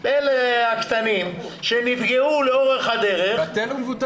הקטנים שנפגעו לאורך הדרך -- בטל ומבוטל.